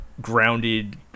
grounded